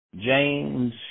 James